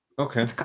Okay